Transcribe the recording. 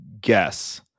guess